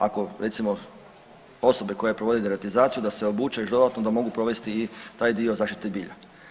Ako recimo osobe koje provode deratizaciju da se obuče još dodatno da mogu provesti i taj dio zaštite bilja.